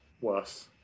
worse